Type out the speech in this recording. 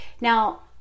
Now